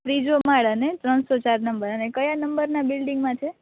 ત્રીજો માળ અને ત્રણસો ચાર નંબર અને કયાં નંબરના બિલ્ડિંગમાં છે